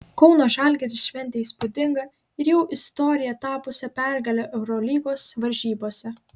kauno žalgiris šventė įspūdingą ir jau istorija tapusią pergalę eurolygos varžybose